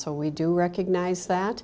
so we do recognize that